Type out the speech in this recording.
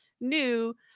new